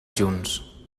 junts